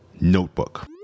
notebook